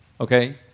okay